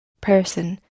person